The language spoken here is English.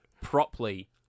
properly